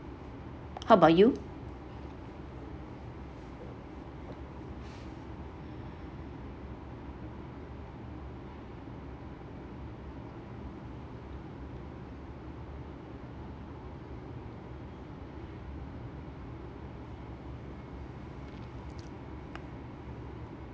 how about you